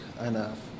enough